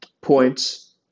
points